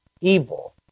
evil